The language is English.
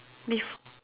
bef~